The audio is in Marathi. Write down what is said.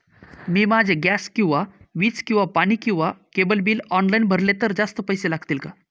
मी माझे गॅस किंवा वीज किंवा पाणी किंवा केबल बिल ऑनलाईन भरले तर जास्त पैसे लागतील का?